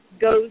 goes